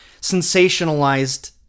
sensationalized